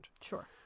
Sure